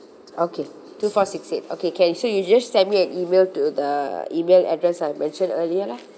okay two four six eight okay can so you just send me an email to the email address I mentioned earlier lah